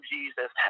Jesus